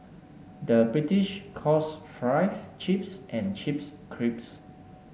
the British calls fries chips and chips crisps